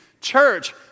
church